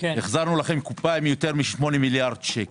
החזרנו לכם קופה עם יותר מ-8 מיליארד שקל.